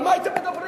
על מה הייתם מדברים?